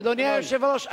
אדוני היושב-ראש,